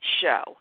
show